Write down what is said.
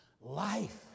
life